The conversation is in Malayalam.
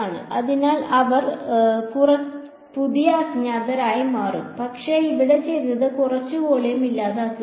അതിനാൽ അവർ പുതിയ അജ്ഞാതരായി മാറും പക്ഷേ ഇവിടെ ചെയ്തത് കുറച്ച് വോളിയം ഇല്ലാതാക്കുകയാണ്